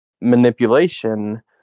manipulation